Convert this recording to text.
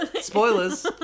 Spoilers